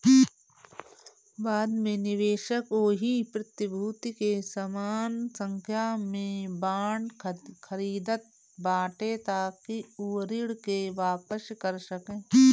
बाद में निवेशक ओही प्रतिभूति के समान संख्या में बांड खरीदत बाटे ताकि उ ऋण के वापिस कर सके